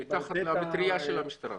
תחת המטריה של המשטרה.